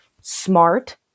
smart